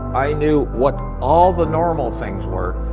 i knew what all the normal things were.